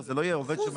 זה לא יהיה עובד שמגיע.